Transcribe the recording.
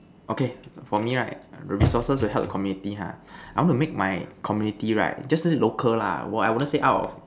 okay for me right the resources to help the community ha I want to make my community right just say local lah what I wouldn't say out of